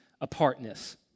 apartness